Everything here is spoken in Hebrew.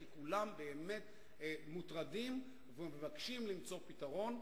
כי כולם באמת מוטרדים ומבקשים למצוא פתרון,